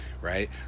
right